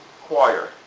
choir